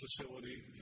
facility